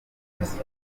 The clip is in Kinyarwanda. polisi